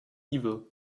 evil